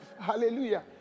hallelujah